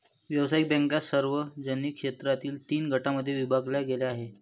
व्यावसायिक बँका सार्वजनिक क्षेत्रातील तीन गटांमध्ये विभागल्या गेल्या आहेत